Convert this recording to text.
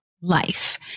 life